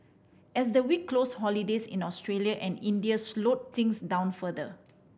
as the week closed holidays in Australia and India slowed things down further